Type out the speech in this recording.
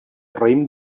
raïm